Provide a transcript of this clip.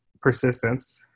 persistence